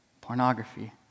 pornography